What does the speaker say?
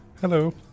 Hello